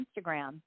Instagram